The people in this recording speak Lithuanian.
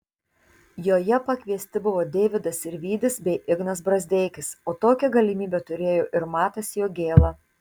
joje pakviesti buvo deividas sirvydis bei ignas brazdeikis o tokią galimybę turėjo ir matas jogėla